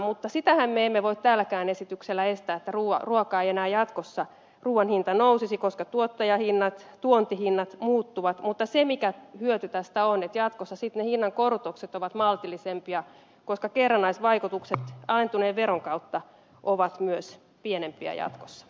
mutta sitähän me emme voi tälläkään esityksellä aikaansaada että ruuan hinta ei enää jatkossa nousisi koska tuottajahinnat ja tuontihinnat muuttuvat mutta se hyöty tästä on että jatkossa ne hinnankorotukset ovat maltillisempia koska kerrannaisvaikutukset alentuneen veron kautta ovat myös pienempiä jatkossa